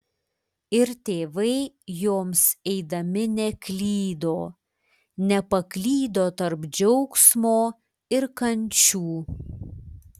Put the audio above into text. ir tėvai joms eidami neklydo nepaklydo tarp džiaugsmo ir kančių